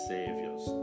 Saviors